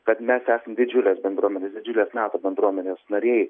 kad mes esam didžiulės bendruomenės didžiulės nato bendruomenės nariai